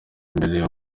imbere